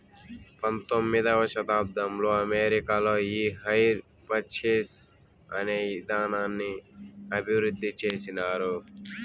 పంతొమ్మిదవ శతాబ్దంలో అమెరికాలో ఈ హైర్ పర్చేస్ అనే ఇదానాన్ని అభివృద్ధి చేసినారు